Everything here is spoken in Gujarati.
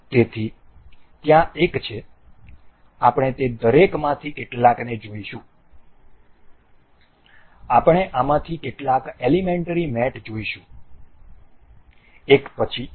તેથી ત્યાં એક છે આપણે તે દરેકમાંથી કેટલાકને જોઈશું આપણે આમાંથી કેટલાક એલીમેન્ટરી મેટ જોઈશું એક પછી એક